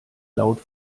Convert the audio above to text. laut